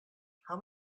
how